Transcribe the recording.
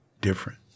different